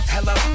Hello